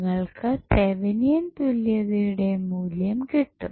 നിങ്ങൾക്ക് തെവിനിയൻ തുല്യതയുടെ മൂല്യം കിട്ടും